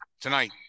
tonight